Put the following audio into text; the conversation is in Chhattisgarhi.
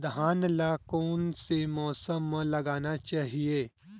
धान ल कोन से मौसम म लगाना चहिए?